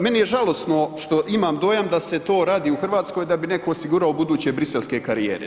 Meni je žalosno što imam dojam da se to radi u Hrvatskoj da bi netko osigurao buduće briselske karijere.